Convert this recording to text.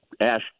ash